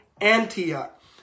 Antioch